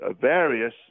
various